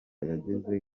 yageze